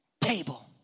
table